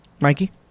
Mikey